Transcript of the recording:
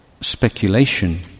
speculation